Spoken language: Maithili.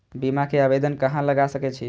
बीमा के आवेदन कहाँ लगा सके छी?